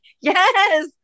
Yes